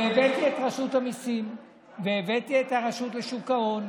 הבאתי את רשות המיסים והבאתי את הרשות לשוק ההון,